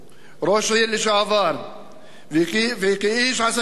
ראש עיר לשעבר וכאיש עסקים,